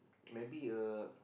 maybe a